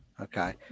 okay